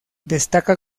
destaca